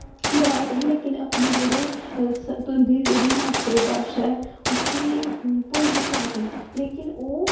बढ़ा दे न लेकिन अपनी जेह्ड़ी तुं'दी जेह्ड़ी मात्तर भाशा ऐ उसी भुल्लदे जा दे न लेकिन ओह्